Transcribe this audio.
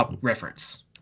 reference